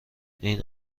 این